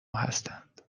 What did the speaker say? هستند